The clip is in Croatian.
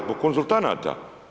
Zbog konzultanata.